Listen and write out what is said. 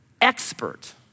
expert